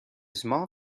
small